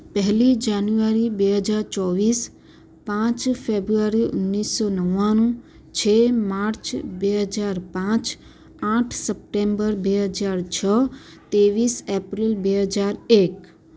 પહેલી જાન્યુઆરી બે હજાર ચોવીસ પાંચ ફેબ્રુઆરી ઓગણીસો નવ્વાણું છ માર્ચ બે હજાર પાંચ આઠ સપ્ટેમ્બર બે હજાર છ ત્રેવીસ એપ્રિલ બે હજાર એક